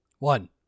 One